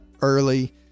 early